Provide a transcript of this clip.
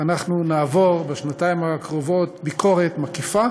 אנחנו נעבור בשנתיים הקרובות ביקורת מקיפה